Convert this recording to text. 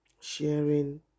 sharing